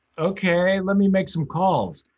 okay, let me make some calls.